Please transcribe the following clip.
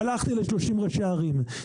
שהלכתי ל-30 ראשי ערים,